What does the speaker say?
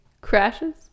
crashes